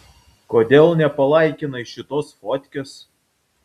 kodėl nepalaikinai šitos fotkės